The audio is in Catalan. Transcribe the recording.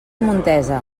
montesa